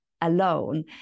Alone